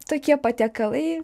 tokie patiekalai